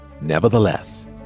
Nevertheless